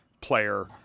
player